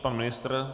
Pan ministr?